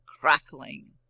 crackling